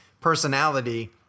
personality